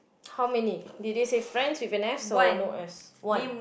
how many did they say friends with an S or no S one